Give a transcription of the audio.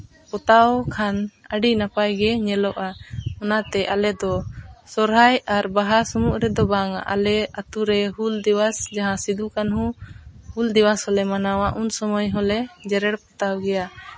ᱯᱚᱛᱟᱣ ᱠᱷᱟᱱ ᱟᱹᱰᱤ ᱱᱟᱯᱟᱭ ᱜᱮ ᱧᱮᱞᱚᱜᱼᱟ ᱚᱱᱟᱛᱮ ᱟᱞᱮ ᱫᱚ ᱥᱚᱦᱚᱨᱟᱭ ᱟᱨ ᱵᱟᱦᱟ ᱥᱚᱢᱚᱭ ᱨᱮᱫᱚ ᱵᱟᱝᱼᱟ ᱟᱞᱮ ᱟᱛᱳ ᱨᱮ ᱦᱩᱞ ᱫᱤᱵᱚᱥ ᱡᱟᱦᱟᱸ ᱥᱤᱫᱩᱼᱠᱟᱹᱱᱦᱩ ᱦᱩᱞ ᱫᱤᱵᱚᱥ ᱦᱚᱸᱞᱮ ᱢᱟᱱᱟᱣᱟ ᱩᱱ ᱥᱚᱢᱚᱭ ᱦᱚᱸᱞᱮ ᱡᱮᱨᱮᱲ ᱯᱚᱛᱟᱣ ᱜᱮᱭᱟ